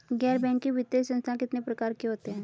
गैर बैंकिंग वित्तीय संस्थान कितने प्रकार के होते हैं?